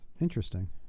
Interesting